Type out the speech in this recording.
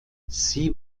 sie